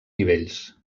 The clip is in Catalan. nivells